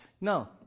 No